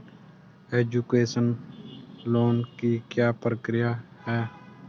Education loan की क्या प्रक्रिया है?